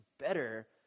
better